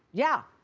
yeah.